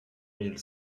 mille